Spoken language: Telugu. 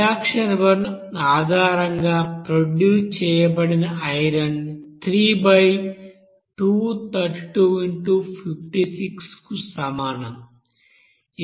రియాక్షన్ 1 ఆధారంగా ప్రొడ్యూస్ చేయబడిన ఐరన్ 3232x56 కు సమానం